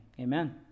amen